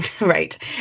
Right